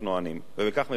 ובכך מביא להוזלה.